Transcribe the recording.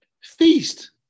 feast